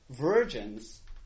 virgins